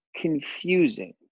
confusing